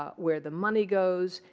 ah where the money goes.